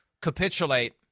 capitulate